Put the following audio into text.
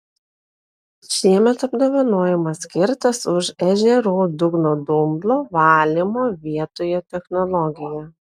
šiemet apdovanojimas skirtas už ežerų dugno dumblo valymo vietoje technologiją